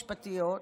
משפטיות?